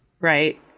Right